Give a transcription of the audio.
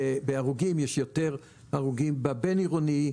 בהרוגים יש יותר הרוגים יחסית במרחב הבין-עירוני.